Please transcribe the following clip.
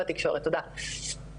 אחוזים